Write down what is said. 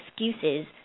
Excuses